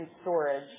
storage